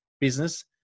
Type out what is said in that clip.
business